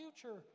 future